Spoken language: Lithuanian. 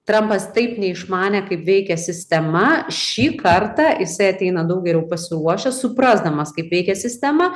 trampas taip neišmanė kaip veikia sistema šį kartą jisai ateina daug geriau pasiruošęs suprasdamas kaip veikia sistema